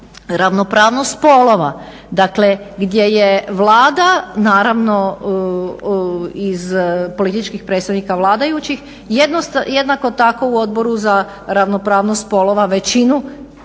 ravnopravnost spolova dakle gdje je Vlada naravno iz političkih predstavnika vladajućih jednako tako u Odboru za ravnopravnost spolova većinu